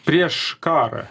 prieš karą